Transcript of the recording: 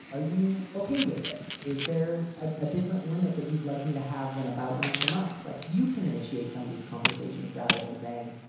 are you ok with this? is there a different limit that you'd like me to have than about once a month? like you can initiate some of these conversations rather than saying,